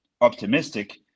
optimistic